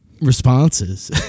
responses